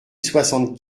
soixante